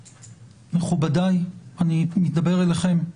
מכובדיי, אני מדבר אליכם,